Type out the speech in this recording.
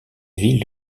ville